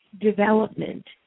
Development